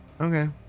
Okay